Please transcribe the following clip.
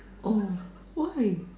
oh why